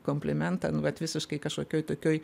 komplimentą nu vat visiškai kašokioj tokioj